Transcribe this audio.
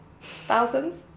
Thousands